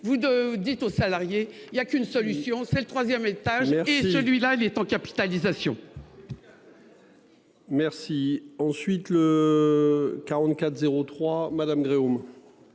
vous de dites aux salariés. Il y a qu'une solution c'est le troisième étage et celui-là il est en capitalisation. Merci. Ensuite. 44 03. Madame Gréaume.